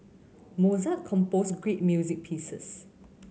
Mozart composed great music pieces